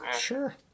sure